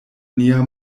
nia